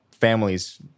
families